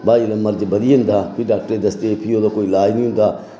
बाद च मर्ज बधी जंदा फ्ही डॉक्टरै गी दसदे फ्ही ओह्दा कोई लाज निं होंदा